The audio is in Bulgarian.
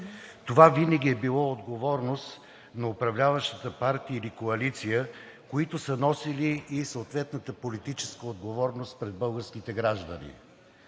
Това винаги е било отговорност на управляващата партия или коалиция, които са носили и съответната политическа отговорност пред българските граждани.